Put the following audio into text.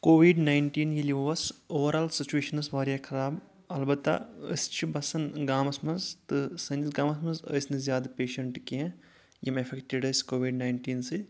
covid nineteen ییٚلہِ اوس overall سُچویشنَس ٲس واریاہ خراب البتہ أسۍ چھِ بسان گامَس منٛز تہٕ سٲنِس گامَس منٛز ٲسۍ نہٕ زیادٕ پیشَنٛٹ کینٛہہ یِم اؠفیکٹڈ ٲسۍ کووِڈ نایِنٹیٖن سۭتۍ